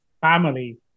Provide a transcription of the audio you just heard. family